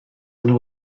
yno